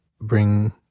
bring